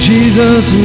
Jesus